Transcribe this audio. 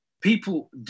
People